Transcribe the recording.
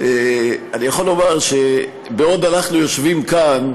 אני יכול לומר שבעוד אנחנו יושבים כאן,